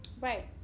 Right